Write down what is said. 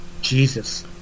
Jesus